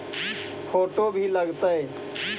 Photo भी लग तै?